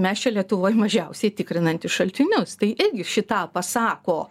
mes čia lietuvoj mažiausiai tikrinantys šaltinius tai irgi šį tą pasako